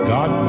God